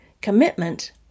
commitment